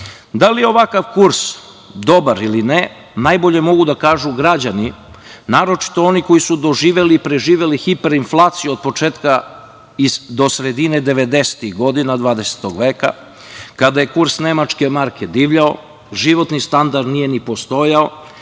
li je ovakav kurs dobar ili ne, najbolje mogu da kažu građani, naročito oni koji su doživeli i preživeli hiperinflaciju od početka do sredine devedesetih godina 20. veka kada je kurs nemačke marke divljao, životni standard nije ni postojao,